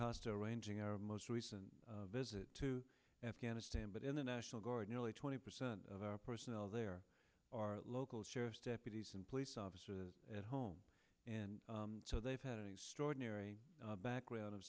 costa ranging our most recent visit to afghanistan but in the national guard nearly twenty percent of our personnel there are local sheriff's deputies and police officers at home and so they've had an extraordinary background of